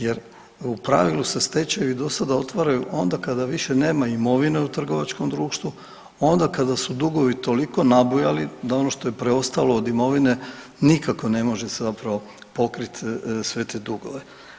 Jer u pravilu se stečajevi do sada otvaraju onda kada više nema imovine u trgovačkom društvu, onda kada su dugovi toliko nabujali da ono što je preostalo od imovine nikako ne može zapravo pokriti sve te dugove.